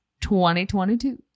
2022